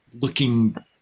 looking